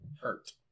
Hurt